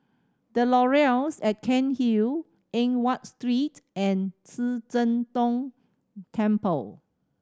The Laurels at Cairnhill Eng Watt Street and Ci Zheng Gong Temple